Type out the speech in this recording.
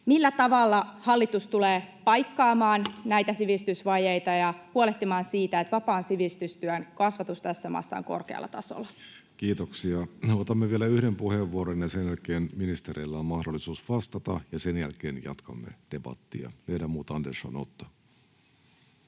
Millä tavalla hallitus tulee paikkaamaan näitä sivistysvajeita ja huolehtimaan siitä, että vapaan sivistystyön kasvatus tässä maassa on korkealla tasolla? Kiitoksia. — Otamme vielä yhden puheenvuoron, ja sen jälkeen ministereillä on mahdollisuus vastata. Sen jälkeen jatkamme debattia. — Ledamot Andersson, Otto.